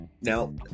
Now